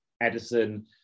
Edison